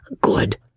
Good